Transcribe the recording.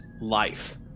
life